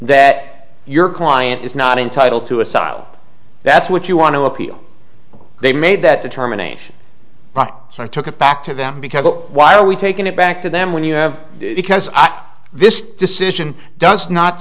that your client is not entitled to asylum that's what you want to appeal they made that determination so i took it back to them because why are we taking it back to them when you have because this decision does not